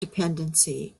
dependency